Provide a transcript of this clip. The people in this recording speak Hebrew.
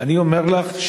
אני אומר לך,